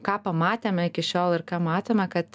ką pamatėme iki šiol ir ką matome kad